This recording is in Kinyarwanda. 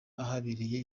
ahabereye